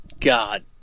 God